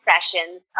sessions